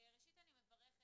--- אני מזדהה ומתחברת.